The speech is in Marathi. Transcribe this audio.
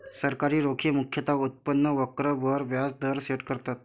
सरकारी रोखे मुख्यतः उत्पन्न वक्र वर व्याज दर सेट करतात